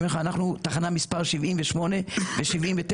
אנחנו תחנה מספר 78 ו-79.